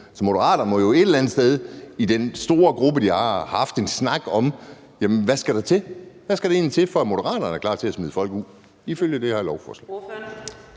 Så Moderaterne må jo et eller andet sted i den store gruppe, de har, have haft en snak om, hvad der skal til. Hvad skal der egentlig til, for at Moderaterne er klar til at smide folk ud, ifølge det her lovforslag?